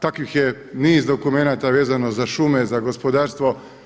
Takvih je niz dokumenata vezano za šume, za gospodarstvo.